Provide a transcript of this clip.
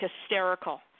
hysterical